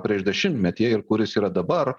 prieš dešimtmetį ir kuris yra dabar